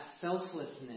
selflessness